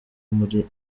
muri